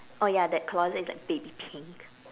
oh ya that closet is like baby pink